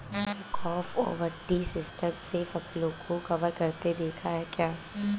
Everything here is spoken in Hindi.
तुमने क्रॉप ओवर ट्री सिस्टम से फसलों को कवर करते देखा है क्या?